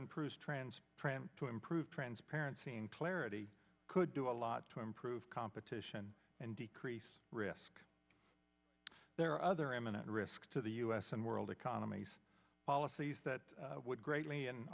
improve trends to improve transparency and clarity could do a lot to improve competition and decrease risk there are other eminent risks to the u s and world economies policies that would greatly and